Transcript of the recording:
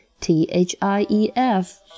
T-H-I-E-F